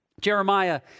Jeremiah